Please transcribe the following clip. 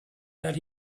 that